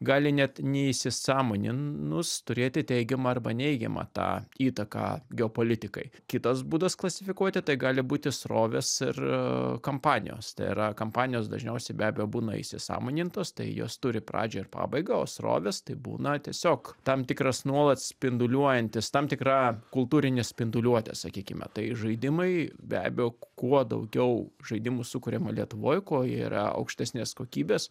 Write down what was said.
gali net neįsisąmoninus turėti teigiamą arba neigiamą tą įtaką geopolitikai kitas būdas klasifikuoti tai gali būti srovės ir kampanijos tai yra kampanijos dažniausiai be abejo būna įsisąmonintos tai jos turi pradžią ir pabaigą o srovės tai būna tiesiog tam tikras nuolat spinduliuojantis tam tikra kultūrinė spinduliuotė sakykime tai žaidimai be abejo kuo daugiau žaidimų sukuriama lietuvoj kuo ji yra aukštesnės kokybės